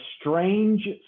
strange